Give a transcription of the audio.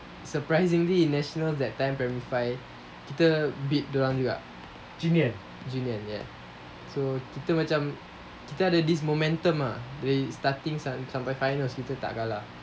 surprisingly national that time primary five kita beat dorang juga junyuan ya so kita macam kita ada this momentum ah which starting sampai finals kita tak kalah